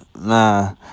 Nah